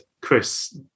Chris